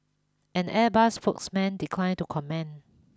an Airbus spokesman declined to comment